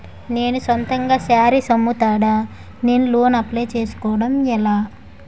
నేను సొంతంగా శారీస్ అమ్ముతాడ, నేను లోన్ అప్లయ్ చేసుకోవడం ఎలా?